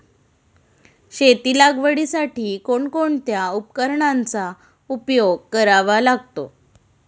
शेती लागवडीसाठी कोणकोणत्या उपकरणांचा उपयोग करावा लागतो?